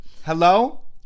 Hello